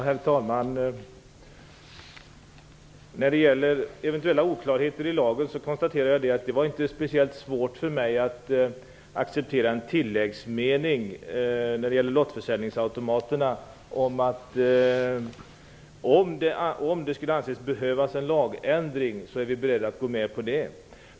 Herr talman! När det gäller eventuella oklarheter i lagen var det inte speciellt svårt för mig att acceptera en tilläggsmening angående lottförsäljningsautomaterna. Om det skulle anses behövas en lagändring är vi beredda att gå med på en sådan.